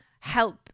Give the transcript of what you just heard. help